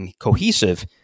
cohesive